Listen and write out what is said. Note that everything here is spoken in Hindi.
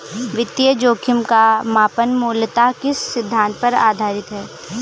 वित्तीय जोखिम का मापन मूलतः किस सिद्धांत पर आधारित है?